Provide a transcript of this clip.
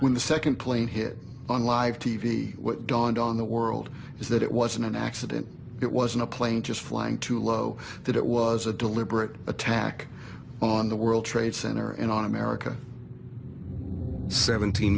when the second plane hit on live t v what dawned on the world is that it wasn't an accident it wasn't a plane just flying too low that it was a deliberate attack on the world trade center and on america seventeen